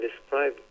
describe